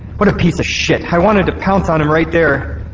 what a piece of shit, i wanted to pounce on him right there